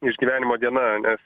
išgyvenimo diena nes